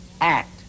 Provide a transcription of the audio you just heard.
act